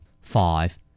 Five